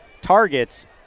targets